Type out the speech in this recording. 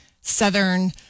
southern